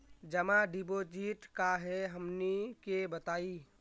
जमा डिपोजिट का हे हमनी के बताई?